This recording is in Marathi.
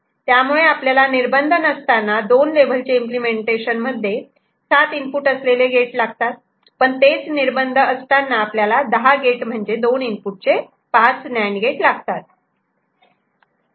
त्यामुळे आपल्याला निर्बंध नसताना 2 लेव्हल चे इम्पलेमेंटेशन मध्ये 7 इनपुटअसलेले गेट लागतात पण तेच निर्बंध असताना आपल्याला दहा गेट म्हणजे दोन इनपुटचे पाच नांड गेट लागतात